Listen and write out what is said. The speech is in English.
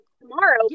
tomorrow